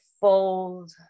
fold